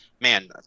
man